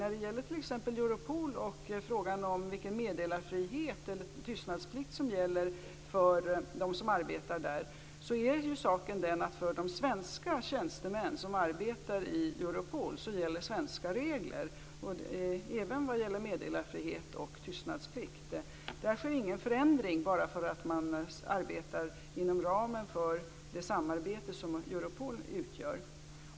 När det gäller t.ex. Europol och frågan om vilken tystnadsplikt som gäller för dem som arbetar där är saken den, att för de svenska tjänstemän som arbetar i Europol gäller svenska regler, även vad gäller meddelarfrihet och tystnadsplikt. Där sker ingen förändring bara för att man arbetar inom ramen för det samarbete som Europol utgör.